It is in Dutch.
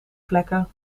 vlekken